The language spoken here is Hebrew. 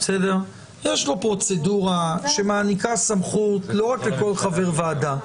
יש לו פרוצדורה שמעניקה סמכות לא רק לכל חבר ועדה,